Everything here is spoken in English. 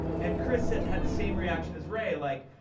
and chris had had the same reaction as ray, like,